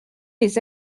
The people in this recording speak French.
les